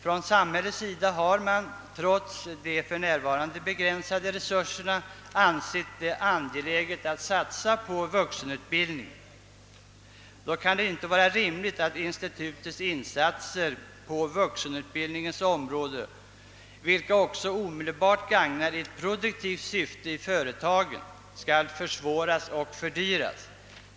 Från samhällets sida har det — trots de för närvarande begränsade resurserna — ansetts angeläget att satsa på vuxenutbildningen. Då kan det inte vara rimligt att institutets insatser på vuxenutbildningens område, vilka också omedelbart gagnar ett produktivt syfte i företagen, skall försvåras och fördyras.